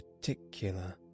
particular